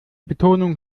betonung